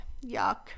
Yuck